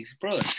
brother